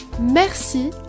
Merci